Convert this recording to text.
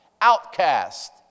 outcast